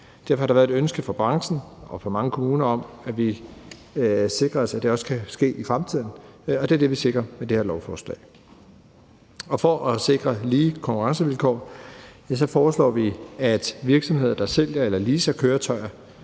Derfor har der været et ønske fra branchen og fra mange kommuner om, at vi sikrer os, at det også kan ske i fremtiden, og det er det, vi sikrer med det her lovforslag. For at sikre lige konkurrencevilkår foreslår vi, at virksomheder, der sælger eller leaser køretøjer,